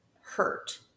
Hurt